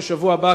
בשבוע הבא,